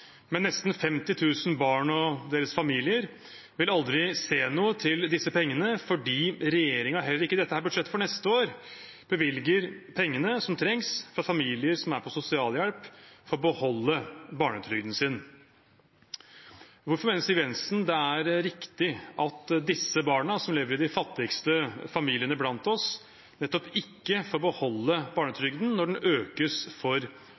Men nesten 50 000 barn og deres familier vil aldri se noe til disse pengene, fordi regjeringen heller ikke i budsjettet for neste år bevilger pengene som trengs for at familier som er på sosialhjelp, får beholde barnetrygden sin. Hvorfor mener Siv Jensen det er riktig at disse barna, som lever i de fattigste familiene blant oss, ikke får beholde barnetrygden, når den økes for